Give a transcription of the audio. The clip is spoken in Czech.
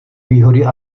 výhody